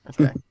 Okay